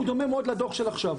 הוא דומה מאוד לדו"ח של עכשיו.